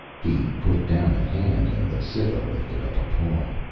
he put down a hand and the cytha lifted up a paw.